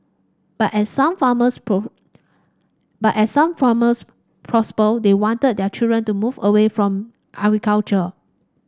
but as some farmers but as some farmers they wanted their children to move away from agriculture